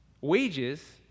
Wages